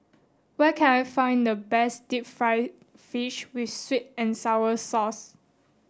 where can I find the best deep fried fish with sweet and sour sauce